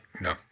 no